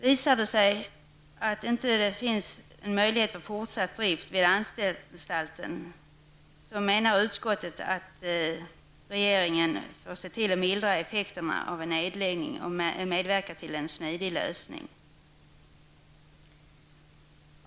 Visar det sig att det inte finns möjlighet till fortsatt drift vid anstalten menar utskottet att regeringen, för att mildra effekterna av en nedläggning, medverkar till en smidig lösning.